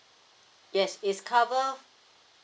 yes it's cover